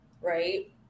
right